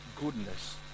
goodness